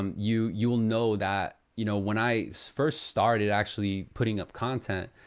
um you you will know that, you know, when i first started actually putting up content,